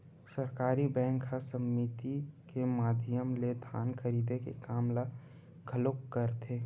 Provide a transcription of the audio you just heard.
सहकारी बेंक ह समिति के माधियम ले धान खरीदे के काम ल घलोक करथे